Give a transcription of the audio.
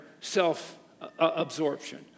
self-absorption